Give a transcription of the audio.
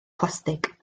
plastig